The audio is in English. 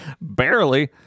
Barely